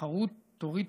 והתחרות תוריד